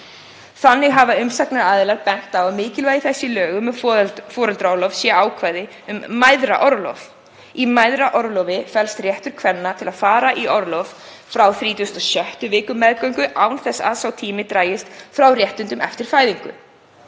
Þannig hafa umsagnaraðilar bent á mikilvægi þess að í lögum um fæðingarorlof sé ákvæði um mæðraorlof. Í mæðraorlofi felst réttur kvenna til að fara í orlof frá 36. viku meðgöngu án þess að sá tími dragist frá réttindum eftir fæðingu,